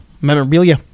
memorabilia